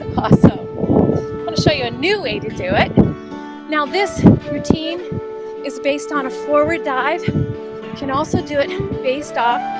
awesome i'll show you a new way to do it now this routine is based on a forward dive you can also do it based off